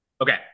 Okay